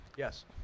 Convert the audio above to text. Yes